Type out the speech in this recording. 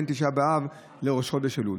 בין תשעה באב לראש חודש אלול.